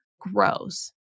grows